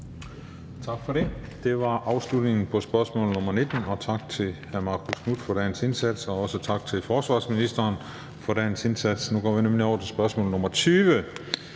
Tak for det. Det var afslutningen på spørgsmål nr. 19. Tak til hr. Marcus Knuth for dagens indsats, og også tak til forsvarsministeren for dagens indsats. Nu går vi over til spørgsmål nr. 20,